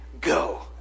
go